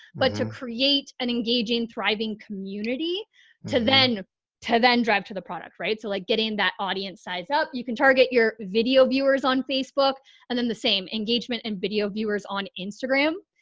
but to create an engaging, thriving community to then to then drive to the product, right? so like getting that audience size up. you can target your video viewers on facebook and then the same engagement and video viewers on instagram.